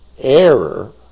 error